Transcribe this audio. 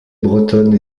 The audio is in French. bretonne